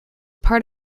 part